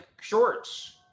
shorts